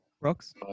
Brooks